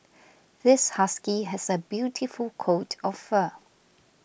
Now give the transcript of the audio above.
this husky has a beautiful coat of fur